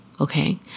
Okay